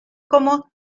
como